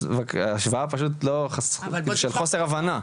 אז ההשוואה היא פשוט של חוסר הבנה.